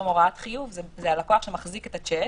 "הוראת חיוב" זה הלקוח שמחזיק את השיק,